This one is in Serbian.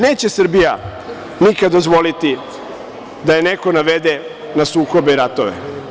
Neće Srbija nikad dozvoliti da je neko navede na sukobe i ratove.